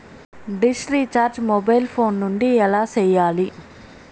dish recharge mobile phone నుండి ఎలా సేయాలి